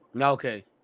Okay